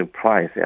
price